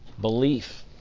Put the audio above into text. belief